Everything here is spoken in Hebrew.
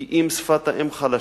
כי אם שפת האם חלשה,